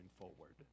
forward